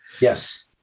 Yes